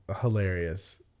hilarious